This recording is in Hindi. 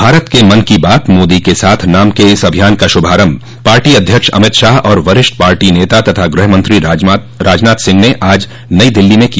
भारत के मन की बात मोदी के साथ नाम क इस अभियान का शुभारम्भ पार्टी अध्यक्ष अमित शाह और वरिष्ठ पार्टी नेता तथा गृहमत्री राजनाथ सिंह ने आज नई दिल्ली में किया